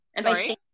Sorry